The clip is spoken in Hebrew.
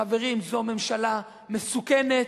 חברים, זו ממשלה מסוכנת,